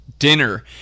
dinner